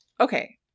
okay